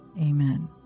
Amen